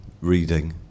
reading